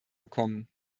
bekommen